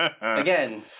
Again